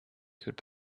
could